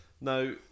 Now